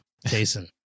Jason